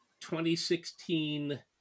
2016